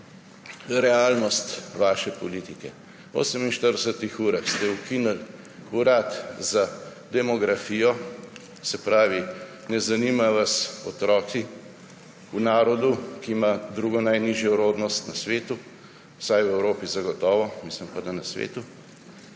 realnost vaše politike. V 48 urah ste ukinili urad za demografijo. Se pravi, ne zanimajo vas otroci v narodu, ki ima drugo najnižjo rodnost na svetu, vsaj v Evropi zagotovo, mislim pa, da na svetu,